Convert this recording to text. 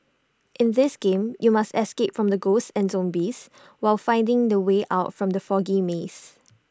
in this game you must escape from ghosts and zombies while finding the way out from the foggy maze